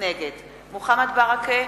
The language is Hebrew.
נגד מוחמד ברכה,